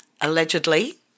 allegedly